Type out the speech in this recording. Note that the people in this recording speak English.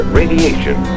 radiation